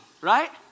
right